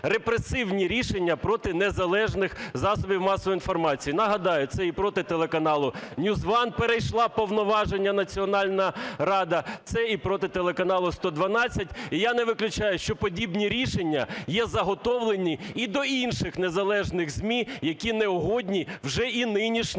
репресивні рішення проти незалежних засобів масової інформації. Нагадаю, це і проти телеканалу NewsOne перейшла повноваження національна рада, це і проти телеканалу "112". І я не виключаю, що подібні рішення є заготовлені і до інших незалежних ЗМІ, які неугодні вже і нинішній